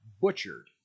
butchered